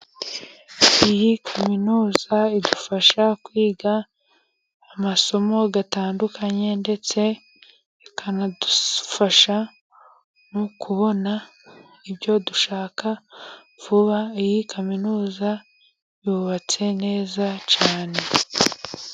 Iyi Kaminuza idufasha kwiga amasomo atandukanye ndetse ikanadufasha kubona ibyo dushaka vuba. Iyi Kaminuza yubatse neza cyane.